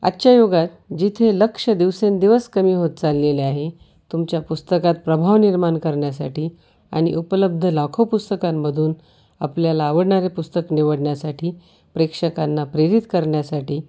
आजच्या युगात जिथे लक्ष दिवसेंदिवस कमी होत चाललेले आहे तुमच्या पुस्तकात प्रभाव निर्माण करण्यासाठी आणि उपलब्ध लाखो पुस्तकांमधून आपल्याला आवडणारे पुस्तक निवडण्यासाठी प्रेक्षकांना प्रेरित करण्यासाठी